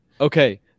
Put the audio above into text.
okay